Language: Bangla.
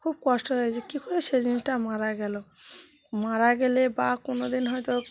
খুব কষ্ট হয় যে কী করে করে সেই জিনিসটা মারা গেল মারা গেলে বা কোনো দিন হয়তো